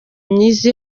myiza